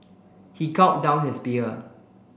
he gulped down his beer